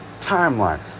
timeline